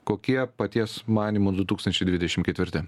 kokie paties manymu du tūkstančiai dvidešimt ketvirti